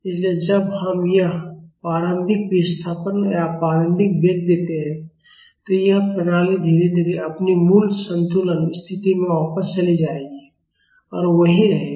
इसलिए जब हम यह प्रारंभिक विस्थापन या प्रारंभिक वेग देते हैं तो यह प्रणाली धीरे धीरे अपनी मूल संतुलन स्थिति में वापस चली जाएगी और वहीं रहेगी